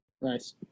Nice